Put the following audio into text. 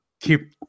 keep